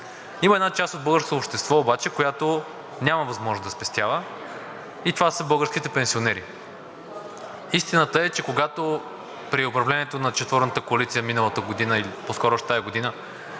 Има една част от българското общество обаче, която няма възможност да спестява, и това са българските пенсионери. Истината е, че когато при управлението на четворната коалиция миналата година, по-скоро тази година,